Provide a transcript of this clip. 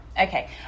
okay